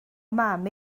mam